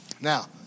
now